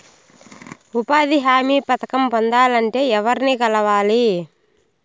ఉపాధి హామీ పథకం పొందాలంటే ఎవర్ని కలవాలి?